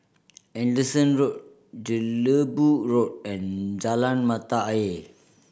Anderson Road Jelebu Road and Jalan Mata Ayer